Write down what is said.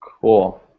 Cool